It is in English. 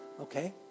Okay